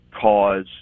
cause